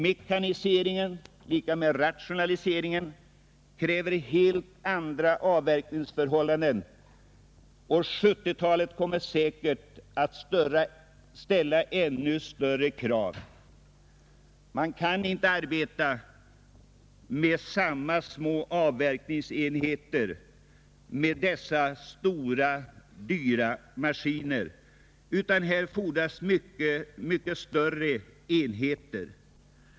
Mekaniseringen, dvs. rationaliseringen, kräver helt andra avverkningsförhållanden, och 1970-talet kommer säkerligen att ställa ännu större krav i detta avseende. Man kan inte arbeta med samma små avverkningsområden när man använder dessa stora och dyra maskiner, utan här fordras mycket större enheter.